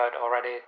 already